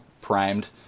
primed